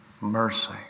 mercy